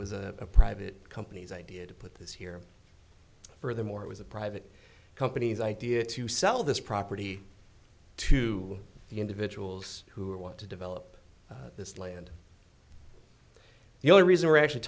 was a private companies idea to put this here furthermore it was a private companies idea to sell this property to the individuals who want to develop this land the only reason we're actually